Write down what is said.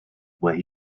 where